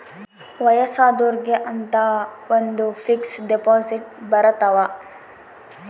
ವಯಸ್ಸಾದೊರ್ಗೆ ಅಂತ ಒಂದ ಫಿಕ್ಸ್ ದೆಪೊಸಿಟ್ ಬರತವ